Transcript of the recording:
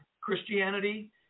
Christianity